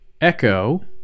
Echo